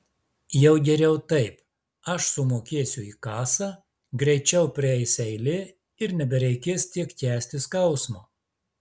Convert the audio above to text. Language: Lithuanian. jau geriau taip aš sumokėsiu į kasą greičiau prieis eilė ir nebereikės tiek kęsti skausmo